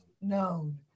known